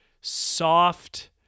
soft